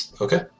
Okay